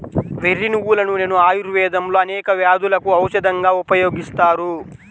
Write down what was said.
వెర్రి నువ్వుల నూనెను ఆయుర్వేదంలో అనేక వ్యాధులకు ఔషధంగా ఉపయోగిస్తారు